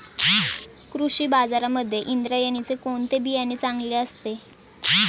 कृषी बाजारांमध्ये इंद्रायणीचे कोणते बियाणे चांगले असते?